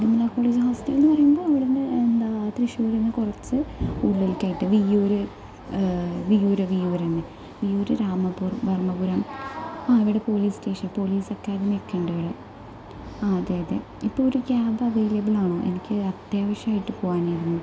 Vimala college ഹോസ്റ്റലിൽ നിന്ന് പറയുമ്പോൾ ഇവിടെ നിന്ന് എന്താണ് തൃശ്ശൂർ നിന്ന് കുറച്ച് ഉള്ളിലേക്കായിട്ട് വിയ്യൂർ വിയ്യൂർ വിയ്യൂർ തന്നെ വിയൂർ രാമപുരം രാമപുരം ആ ഇവിടെ പോലീസ് സ്റ്റേഷൻ പോലീസ് അക്കാദമിയൊക്കെ ഉണ്ട് ഇവിടെ ആ അതെ അതെ ഇപ്പോൾ ഒരു ക്യാബ് അവൈലബിൾ ആണോ എനിക്ക് അത്യാവിശ്യമായിട്ട് പോവാനായിരുന്നു